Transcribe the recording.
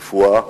רפואה,